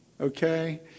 Okay